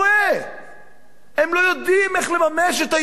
הם לא יודעים איך לממש את הייעוד הגדול שלהם